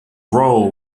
role